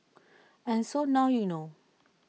and so now you know